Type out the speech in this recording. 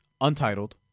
Untitled